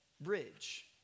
bridge